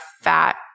fat